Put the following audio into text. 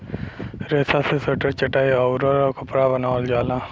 रेसा से स्वेटर चटाई आउउर कपड़ा बनावल जाला